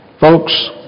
folks